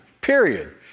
period